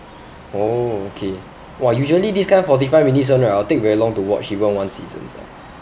oh okay !wah! usually this kind forty five minutes [one] right I will take very long to watch even one season sia